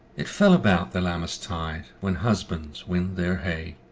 it fell about the lammas tide, when husbands winn their hay,